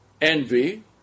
envy